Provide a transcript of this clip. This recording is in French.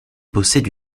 possède